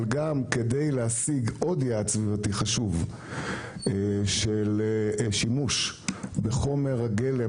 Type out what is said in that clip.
אבל גם כדי להשיג עוד יעד סביבתי חשוב של שימוש בחומר גלם